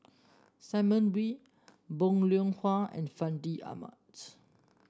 Simon Wee Bong Hiong Hwa and Fandi Ahmad